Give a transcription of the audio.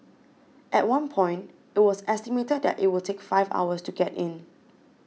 at one point it was estimated that it would take five hours to get in